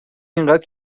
اینقد